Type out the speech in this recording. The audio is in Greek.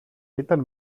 ήταν